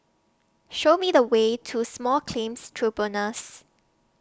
Show Me The Way to Small Claims Tribunals